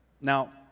Now